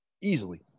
easily